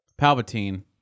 Palpatine